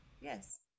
Yes